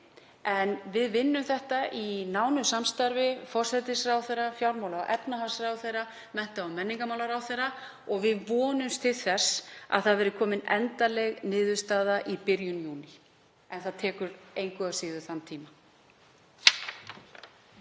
en við vinnum þetta öll í nánu samstarfi, forsætisráðherra, fjármála- og efnahagsráðherra, mennta- og menningarmálaráðherra, og vonumst til þess að komin verði endanleg niðurstaða í byrjun júní. En það tekur engu að síður þann tíma.